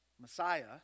Messiah